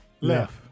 Left